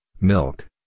milk